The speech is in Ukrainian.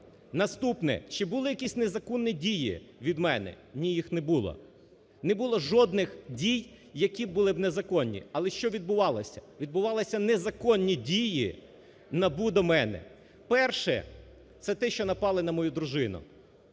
Наступне: чи були якісь незаконні дії від мене? Ні, їх не було, не було жодних дій, які були б незаконі, але що відбувалося? Відбувалися незаконні дії НАБУ до мене. Перше – це те, що напали на мою дружину,